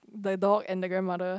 the door and the grandmother